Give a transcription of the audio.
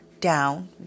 down